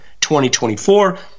2024